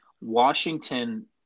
Washington